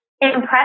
impressed